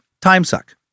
timesuck